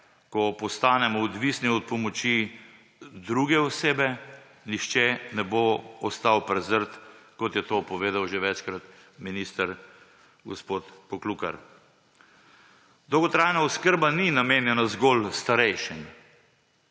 ko postanemo odvisni od pomoči druge osebe, nihče ne bo ostal prezrt, kot je to povedal že večkrat minister gospod Poklukar. Dolgotrajna oskrba ni namenjena zgolj starejšim,